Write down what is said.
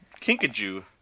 kinkajou